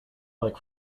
like